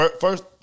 first